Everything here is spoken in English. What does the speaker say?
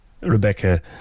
Rebecca